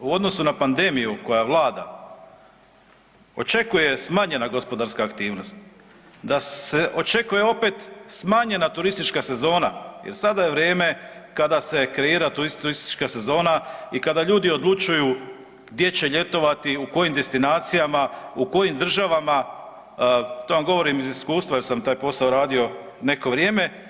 u odnosu na pandemiju koja vlada očekuje smanjena gospodarska aktivnost, da se očekuje opet smanjena turistička sezona jer sada je vrijeme kada se kreira turistička sezona i kada ljudi odlučuju gdje će ljetovati, u kojim destinacijama, u kojim državama, to vam govorim iz iskustva jer sam taj posao radio neko vrijeme.